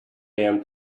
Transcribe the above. damn